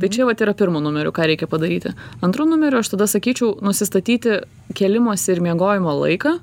tai čia vat yra pirmu numeriu ką reikia padaryti antru numeriu aš tada sakyčiau nusistatyti kėlimosi ir miegojimo laiką